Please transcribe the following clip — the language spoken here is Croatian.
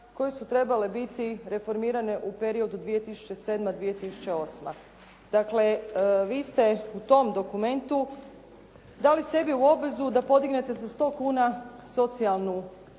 koje su trebale biti reformirane u periodu 2007./2008. Dakle, vi ste u tom dokumentu dali sebi u obvezu da podignete za 100 kuna socijalnu, dakle